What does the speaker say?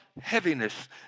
heaviness